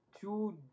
two